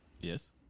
Yes